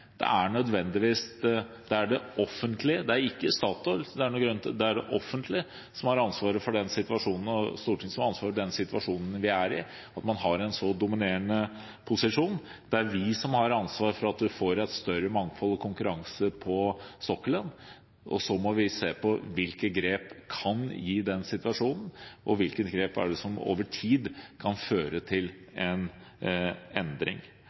Det er det offentlige, det er ikke Statoil, det er det offentlige og Stortinget som har ansvaret for den situasjonen vi er i, at man har en så dominerende posisjon. Det er vi som har ansvaret for at man får et større mangfold og en større konkurranse på sokkelen, og så må vi se på hvilke grep som kan gi det, og hvilke grep som over tid kan føre til en endring.